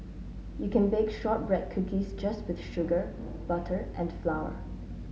you can bake shortbread cookies just with sugar butter and flour